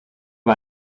war